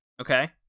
okay